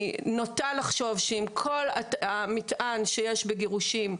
אני נוטה לחשוב שעם כל המטען שיש בגירושים,